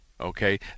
okay